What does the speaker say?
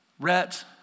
Rhett